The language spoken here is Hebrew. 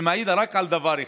זה מעיד רק על דבר אחד,